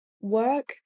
Work